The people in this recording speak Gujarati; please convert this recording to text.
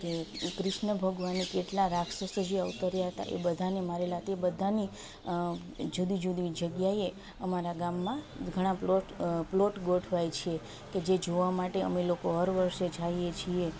કે ક્રિશ્ન ભગાવને કેટલા રાક્ષસો જે અવતર્યા હતા એ બધાને મારેલા તે બધાની જુદી જુદી જગ્યાએ અમારા ગામમાં ઘણા પ્લોટ પ્લોટ ગોઠવાય છે કે જે જોવા માટે અમે લોકો હર વર્ષે જઈએ છીએ